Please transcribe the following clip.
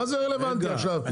מה זה רלוונטי עכשיו?